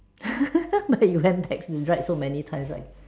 but you went back and ride so many times right